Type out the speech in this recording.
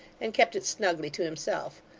and kept it snugly to himself.